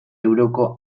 euroko